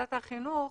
ועדת החינוך,